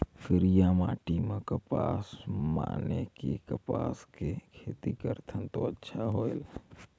करिया माटी म कपसा माने कि कपास के खेती करथन तो अच्छा होयल?